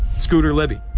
scooter libby,